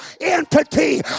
entity